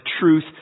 truth